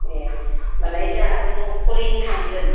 ए होनबालाय जोंहाबो न'खरैनो थांगोन